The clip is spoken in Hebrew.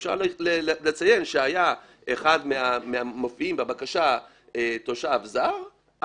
אפשר לציין שהיה אחד מהמופיעים בבקשה תושב זר,